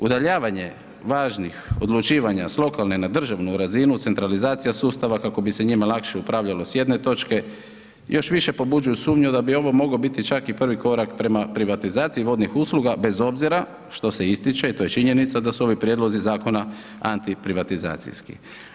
Udaljavanje važnih odlučivanja s lokalne na državnu razinu, centralizacija sustava kako bi se njima lakše upravljalo s jedne točke još više pobuđuju sumnju da bi ovo mogao biti čak i prvi korak prema privatizaciji vodnih usluga bez obzira što se ističe, to je činjenica da su ovi prijedlozi zakona antiprivatizacijski.